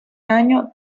año